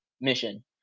mission